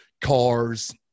cars